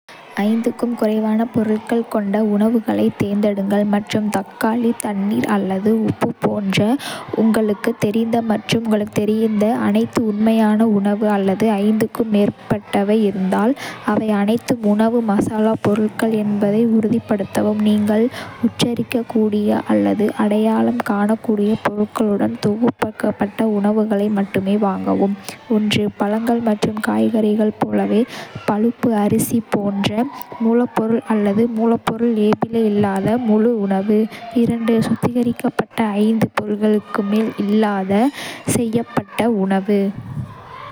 க்கும் குறைவான பொருட்கள் கொண்ட உணவுகளைத் தேர்ந்தெடுங்கள் மற்றும் தக்காளி, தண்ணீர் அல்லது உப்பு போன்ற உங்களுக்குத் தெரிந்த மற்றும் உங்களுக்குத் தெரிந்த அனைத்தும் உண்மையான உணவு. அல்லது க்கும் மேற்பட்டவை இருந்தால், அவை அனைத்தும் உணவு மசாலாப் பொருட்கள் என்பதை உறுதிப்படுத்தவும். நீங்கள் உச்சரிக்கக்கூடிய அல்லது அடையாளம் காணக்கூடிய பொருட்களுடன் தொகுக்கப்பட்ட உணவுகளை மட்டுமே வாங்கவும் பழங்கள் மற்றும் காய்கறிகளைப் போலவே, பழுப்பு அரிசி போன்ற மூலப்பொருள் அல்லது மூலப்பொருள் லேபிளே இல்லாத முழு உணவு. சுத்திகரிக்கப்படாத 5 பொருட்களுக்கு மேல் இல்லாத செய்யப்பட்ட உணவு.